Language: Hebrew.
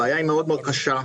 הבעיה מאוד קשה.